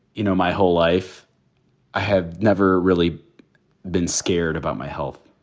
you know, my whole life, i have never really been scared about my health,